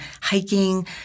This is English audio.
hiking